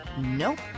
Nope